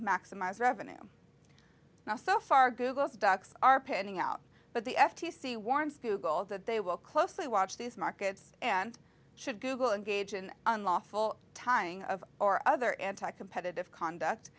maximize revenue now so far google docs are pending out but the f t c warns google that they will closely watch these markets and should google engage in unlawful timing of or other anti competitive conduct